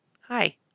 Hi